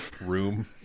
room